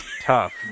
tough